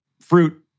fruit